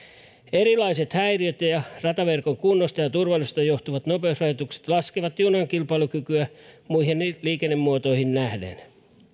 erilaiset häiriöt ja rataverkon kunnosta sekä turvallisuudesta johtuvat nopeusrajoitukset laskevat junan kilpailukykyä muihin liikennemuotoihin nähden